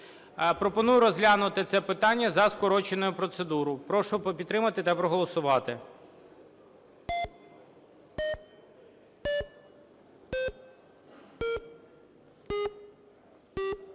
Пропоную розглянути це питання за скороченою процедурою. Прошу підтримати та голосувати.